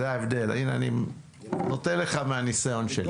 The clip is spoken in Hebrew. הנה אני נותן לך מהניסיון שלי.